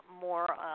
more